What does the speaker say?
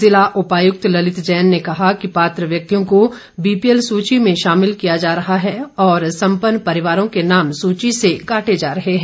ज़िला उपायुक्त ललित जैन ने कहा कि पात्र व्यक्तियों को बीपीएल सूची में शामिल किया जा रहा है और संपन्न परिवारों के नाम सूची से काटे जा रहे हैं